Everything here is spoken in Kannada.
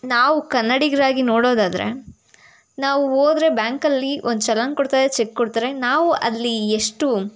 ನಾವು ಕನ್ನಡಿಗರಾಗಿ ನೋಡೋದಾದರೆ ನಾವು ಹೋದ್ರೆ ಬ್ಯಾಂಕಲ್ಲಿ ಒಂದು ಚಲನ್ ಕೊಡ್ತಾರೆ ಚೆಕ್ ಕೊಡ್ತಾರೆ ನಾವು ಅಲ್ಲಿ ಎಷ್ಟು